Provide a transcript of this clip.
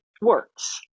works